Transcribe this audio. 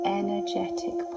energetic